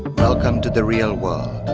welcome to the real world.